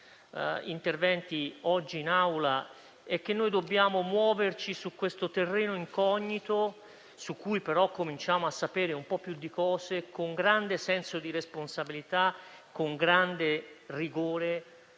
interventi oggi in Aula, è che noi dobbiamo muoverci su questo terreno incognito, di cui però cominciamo a saperne un po' più, con grande senso di responsabilità, con grande rigore,